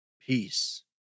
Peace